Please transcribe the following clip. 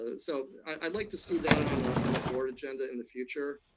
ah so i'd like to see that on ah on a board agenda in the future.